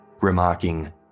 remarking